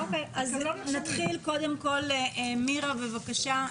מירה, בבקשה.